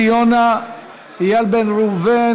יוסי יונה, איל בן ראובן,